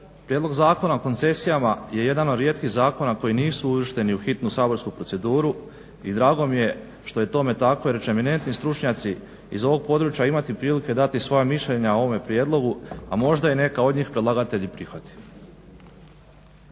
Prijedlog zakona o koncesijama je jedan od rijetkih zakona koji nisu uvršteni u hitnu saborsku proceduru i drago mi je što je tome tako jer će eminentni stručnjaci iz ovog područja imati prilike dati svoja mišljenja o ovome prijedlogu, a možda i neka od njih predlagatelj i prihvati.